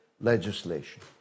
legislation